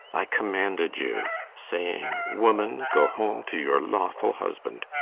i commanded you, saying, woman, go home to your lawful husband.